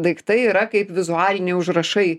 daiktai yra kaip vizualiniai užrašai